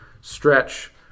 stretch